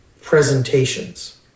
presentations